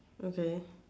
okay